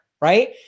right